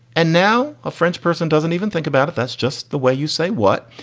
and now a french person doesn't even think about it. that's just the way you say what.